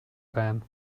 bein